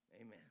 Amen